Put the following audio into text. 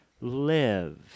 live